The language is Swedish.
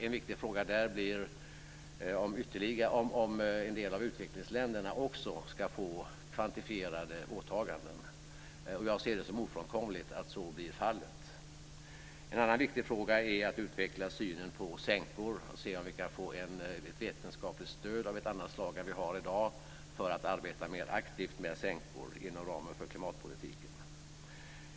En viktig fråga där blir om en del av utvecklingsländerna också ska få kvantifierade åtaganden, och jag ser det som ofrånkomligt att så blir fallet. En annan viktig fråga är att utveckla synen på sänkor och se om vi kan få ett vetenskapligt stöd av ett annat slag än vi har i dag för att arbeta mer aktivt med sänkor inom ramen för klimatpolitiken.